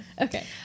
Okay